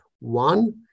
One